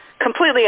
completely